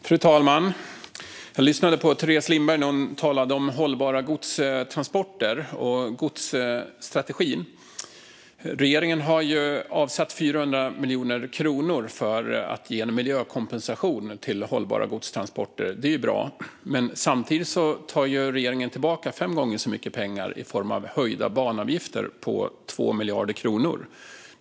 Fru talman! Jag lyssnade på Teres Lindberg när hon talade om hållbara godstransporter och godsstrategin. Regeringen har ju avsatt 400 miljoner kronor för att ge en miljökompensation till hållbara godstransporter. Det är bra, men samtidigt tar regeringen tillbaka fem gånger så mycket pengar i form av höjda banavgifter på 2 miljarder kronor.